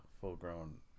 full-grown